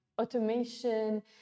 automation